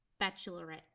bachelorette